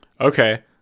Okay